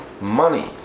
money